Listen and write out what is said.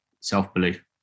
self-belief